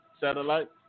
satellite